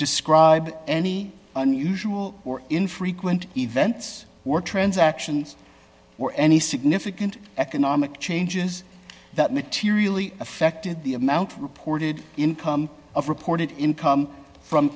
describe any unusual or infrequent events were transactions or any significant economic changes that materially affected the amount reported income of reported income from